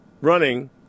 running